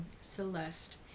Celeste